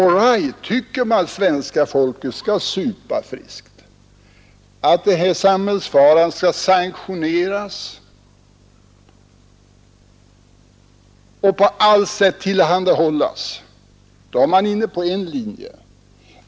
All right, om man tycker att svenska folket skall supa friskt och att den här samhällsfarliga drycken skall sanktioneras och på allt sätt tillhandahållas är man inne på en linje.